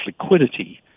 liquidity